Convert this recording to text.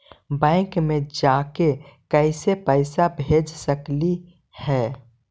Bank मे जाके कैसे पैसा भेज सकली हे?